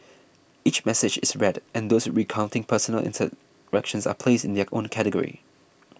each message is read and those recounting personal interactions are placed in their own category